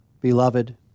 Beloved